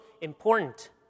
important